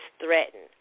threatened